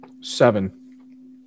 Seven